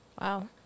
Wow